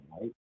right